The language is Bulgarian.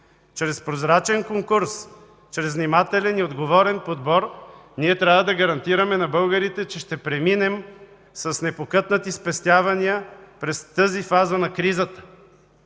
чрез прозрачен конкурс, чрез внимателен и отговорен подбор ние трябва да гарантираме на българите, че ще преминем с непокътнати спестявания през тази фаза на кризата.